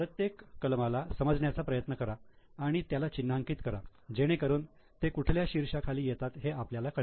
प्रत्येक कलमाला समजण्याचा प्रयत्न करा आणि त्याला चिन्हांकित करा जेणेकरून ते कुठल्या शीर्षा खाली येतात हे आपल्याला कळेल